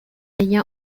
ella